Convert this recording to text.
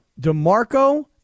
DeMarco